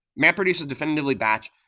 mapreduce is definitively batch,